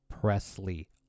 Presley